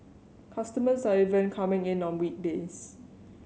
customers are even coming in on weekdays